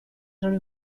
erano